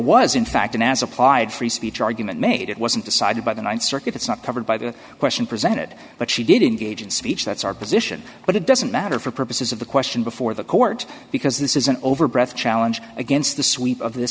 was in fact an as applied free speech argument made it wasn't decided by the th circuit it's not covered by the question presented but she did in gaijin speech that's our position but it doesn't matter for purposes of the question before the court because this is an over breath challenge against the sweep of th